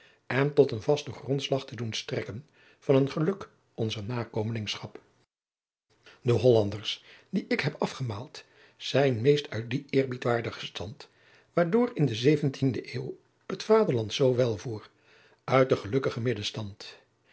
en tot een vasten grondslag te doen strekken van het geluk onzer nakomelingschap de hollanders die ik heb afgemaald zijn meest uit dien eerbiedwaardigen stand waardoor in de zeventiende eeuw het vaderland zoo welvoer uit den gelukkigen middelstand